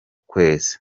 kwezi